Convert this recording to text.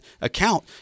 account